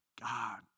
God